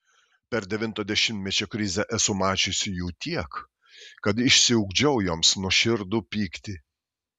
per devinto dešimtmečio krizę esu mačiusi jų tiek kad išsiugdžiau joms nuoširdų pyktį